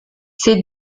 ses